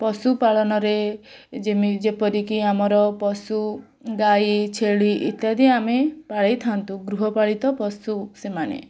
ପଶୁପାଳନରେ ଯେପରିକି ଆମର ପଶୁ ଗାଈ ଛେଳି ଇତ୍ୟାଦି ଆମେ ପାଳିଥାନ୍ତୁ ଗୃହପାଳିତ ପଶୁ ସେମାନେ